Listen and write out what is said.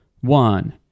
one